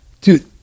Dude